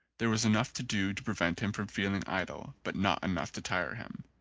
there was enough to do to prevent him from feeling idle, but not enough to tire him.